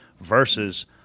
versus